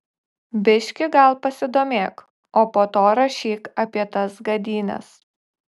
biški gal pasidomėk o po to rašyk apie tas gadynes